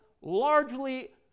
largely